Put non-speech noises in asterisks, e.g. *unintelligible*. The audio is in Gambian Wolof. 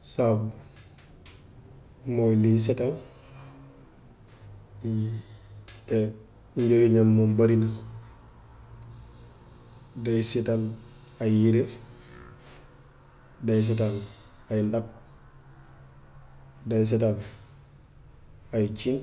Saabu mooy liy setal, *unintelligible* te njëriñam moom barina; day setal ay yëre, day setal ay ndab, day setal ay cër,